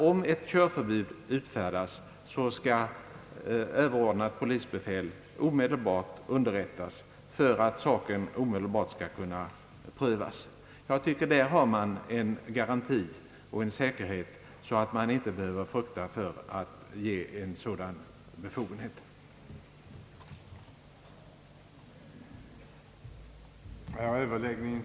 Om ett fordon belagts med körförbud, skall överordnat polisbefäl skyndsamt underrättas för att körförbudet skali kunna överprövas omedelbart. Jag tycker att den bestämmelsen utgör en sådan garanti att man inte behöver vara rädd för att ge tulltjänstemän befogenhet att ingripa med körförbud.